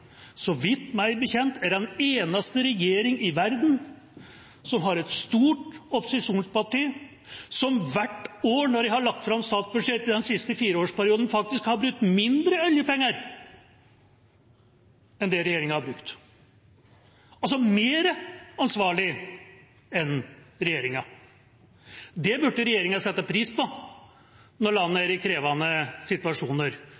i verden som har et stort opposisjonsparti som hvert år når de har lagt fram statsbudsjettet, i den siste fireårsperioden, faktisk har brukt mindre oljepenger enn det regjeringa har brukt – altså er mer ansvarlig enn regjeringa. Det burde regjeringa sette pris på når landet er i krevende situasjoner,